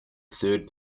third